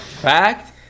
fact